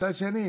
ומצד שני,